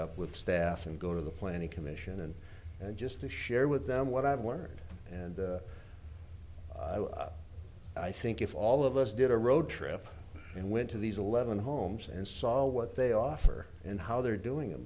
up with staff and go to the planning commission and just to share with them what i've learned and i think if all of us did a road trip and went to these eleven homes and saw what they offer and how they're doing